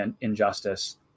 injustice